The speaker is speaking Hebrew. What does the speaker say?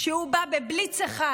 שהוא בא בבליץ אחד,